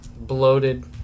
bloated